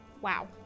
Wow